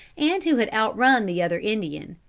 and who had outrun the other indian.